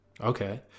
Okay